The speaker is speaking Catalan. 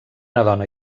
dona